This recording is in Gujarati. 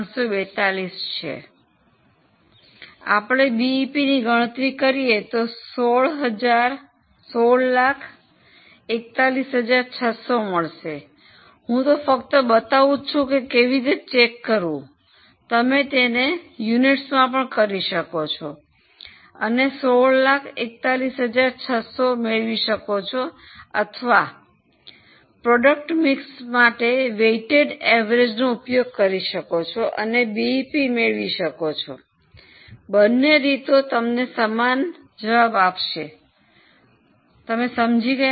342 છે આપણે બીઇપીની ગણતરી કરીએ તો 1641600 મળશે હું ફક્ત બતાવું છું કે કેવી રીતે ચેક કરવું તમે તેને એકમોમાં કરી શકો છો અને 1641600 મેળવી શકો છો અથવા ઉત્પાદનના મિશ્રણ માટે વેઇટ એવરેજનો ઉપયોગ કરી શકો છો અને બીઈપી મેળવી શકો છો બંને રીતો તમને સમાન જવાબ આપશે તમે સમજી ગયા છો